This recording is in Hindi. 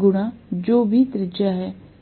गुणा जो भी त्रिज्या है